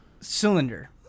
cylinder